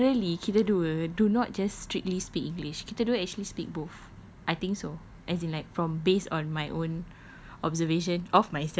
pasal generally kita dua do not just strictly speak english kita dua actually speak both I think so as in like from based on my own observation